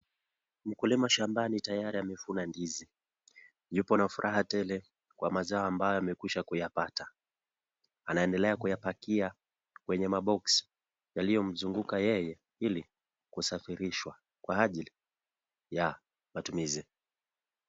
Mkulima shambani tayari amevuna ndizi. Yupo na furaha tele kwa mazao ambayo amekwisha kuyapata. Anaendelea kuyapakia kwenye maboxi yaliyomzunguka yeye ili kusafirishwa kwa ajili ya matumizi.